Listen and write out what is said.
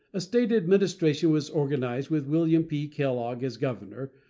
a state administration was organized with william p. kellogg as governor,